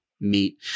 meet